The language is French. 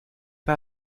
pas